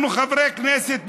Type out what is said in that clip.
אנחנו, חברי כנסת מכהנים,